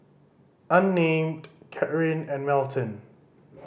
Unnamed Caryn and Melton